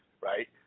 right